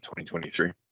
2023